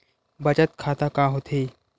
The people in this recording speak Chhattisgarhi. बचत खाता का होथे?